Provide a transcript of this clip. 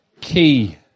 key